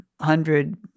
hundred